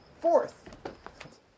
Fourth